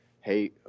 hey